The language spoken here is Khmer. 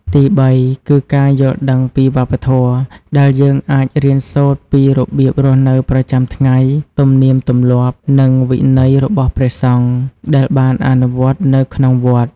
ទីបីគឺ ការយល់ដឹងពីវប្បធម៌ ដែលយើងអាចរៀនសូត្រពីរបៀបរស់នៅប្រចាំថ្ងៃ ទំនៀមទម្លាប់ និងវិន័យរបស់ព្រះសង្ឃដែលបានអនុវត្តនៅក្នុងវត្ត។